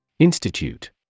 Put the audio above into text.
Institute